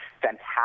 fantastic